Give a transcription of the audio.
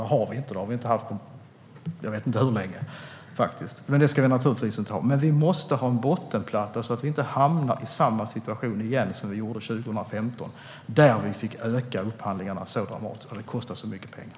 Det har vi inte heller, och det har vi inte haft på jag vet inte hur länge. Men vi måste ha en bottenplatta så att vi inte hamnar i samma situation som vi gjorde 2015 då vi fick öka upphandlingarna dramatiskt till en stor kostnad.